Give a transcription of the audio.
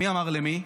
מי אמר למי?